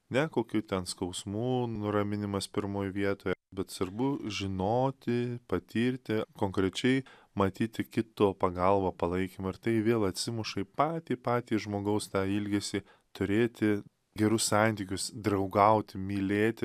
ne kokių ten skausmų nuraminimas pirmoj vietoj bet svarbu žinoti žinoti patirti konkrečiai matyti kito pagalbą palaikymą ir tai vėl atsimuša į patį patį žmogaus tą ilgesį turėti gerus santykius draugauti mylėti